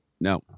No